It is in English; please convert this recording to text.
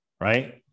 right